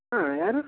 ಹಾಂ ಯಾರು